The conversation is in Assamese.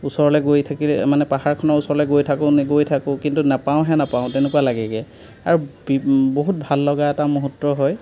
ওচৰলৈ গৈ থাকিলে মানে পাহাৰখনৰ ওচৰলৈ গৈ থাকোঁ নে গৈ থাকোঁ কিন্তু নাপাওঁহে নাপাওঁ তেনেকুৱা লাগেগৈ আৰু বহুত ভাললগা এটা মূহূৰ্ত হয়